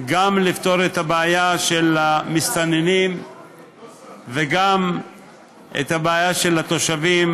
של דבר גם לפתור את הבעיה של המסתננים וגם את הבעיה של התושבים